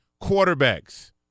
quarterbacks